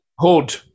Hood